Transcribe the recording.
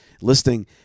listing